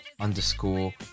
underscore